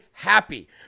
Happy